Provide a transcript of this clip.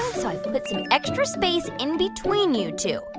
so i put some extra space in between you two.